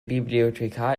bibliothekar